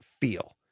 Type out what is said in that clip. feel